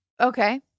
okay